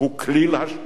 הוא כליל השלילה,